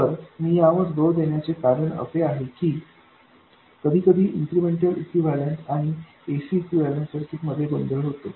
तर मी यावर जोर देण्याचे कारण असे आहे की कधीकधी इन्क्रिमेंटल इक्विवैलन्ट आणि ac इक्विवैलन्ट सर्किट्स मध्ये गोंधळ होतो